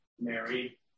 Mary